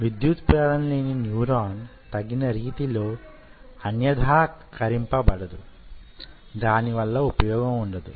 విద్యుత్ ప్రేరణ లేని న్యూరాన్ తగిన రీతిలో అన్యథాకరింపబడదు దాని వలన ఉపయోగం ఉండదు